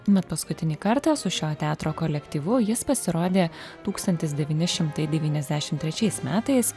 mat paskutinį kartą su šio teatro kolektyvu jis pasirodė tūkstantis devyni šimtai devyniasdešim trečiais metais